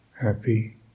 happy